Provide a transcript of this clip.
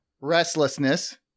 Restlessness